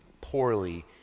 poorly